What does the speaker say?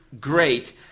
great